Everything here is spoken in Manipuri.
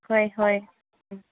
ꯍꯣꯏ ꯍꯣꯏ ꯎꯝ